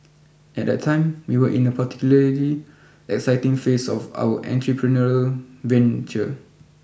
at that time we were in a particularly exciting phase of our entrepreneurial venture